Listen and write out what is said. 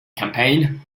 campaign